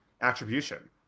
attribution